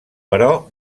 però